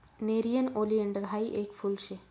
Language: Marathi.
नेरीयन ओलीएंडर हायी येक फुल शे